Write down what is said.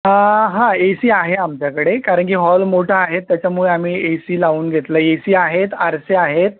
हां हां A C आहे आमच्याकडे कारण की हॉल मोठा आहे त्याच्यामुळे आम्ही ए सी लावून घेतला ए सी आहेत आरसे आहेत